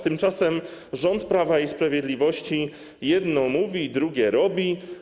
Tymczasem rząd Prawa i Sprawiedliwości jedno mówi, drugie robi.